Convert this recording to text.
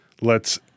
lets